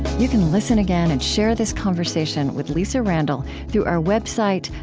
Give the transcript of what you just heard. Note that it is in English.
you can listen again and share this conversation with lisa randall through our website,